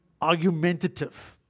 argumentative